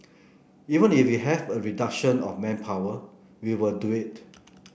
even if we have a reduction of manpower we will do it